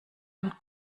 und